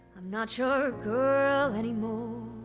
i'm not your girl anymore,